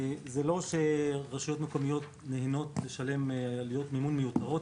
זה לא שרשויות מקומיות מעוניינות לשלם עלויות מימון מיותרות,